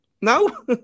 No